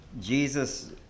Jesus